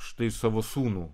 štai savo sūnų